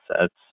sets